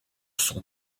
son